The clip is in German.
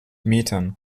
metern